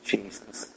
Jesus